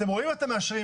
אתם רואים מה אתם מאשרים.